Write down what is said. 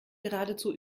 geradezu